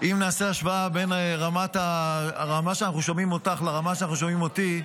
אם נעשה השוואה בין הרמה שאנחנו שומעים אותך לרמה שאנחנו שומעים אותי.